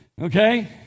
Okay